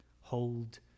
Hold